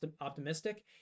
optimistic